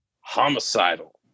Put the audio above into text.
homicidal